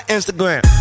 Instagram